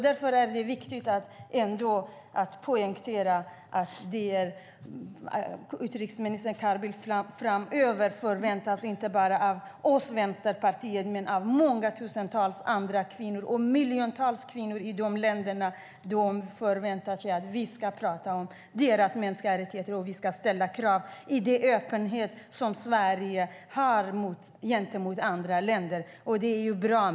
Därför är det viktigt att poängtera för utrikesminister Carl Bildt att inte bara vi i Vänsterpartiet utan många tusental kvinnor och miljontals kvinnor i de aktuella länderna förväntar sig att vi ska prata om deras mänskliga rättigheter och ställa krav, med den öppenhet som Sverige har gentemot andra länder. Det är bra.